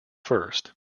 first